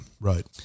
right